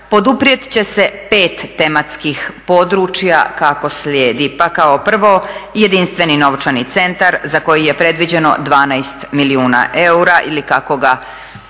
će se 5 tematskih područja kako slijedi. Pa kao prvo jedinstveni novčani centar za koji je predviđeno 12 milijuna eura ili kako ga zovemo